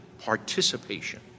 participation